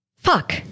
fuck